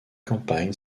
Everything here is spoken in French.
campagne